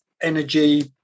energy